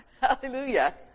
Hallelujah